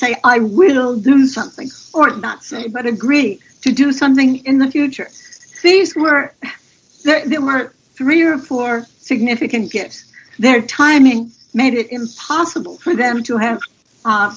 say i will do something or not but agree to do something in the future these were there are three or four significant gaps their timing made it impossible for them to